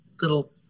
little